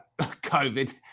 COVID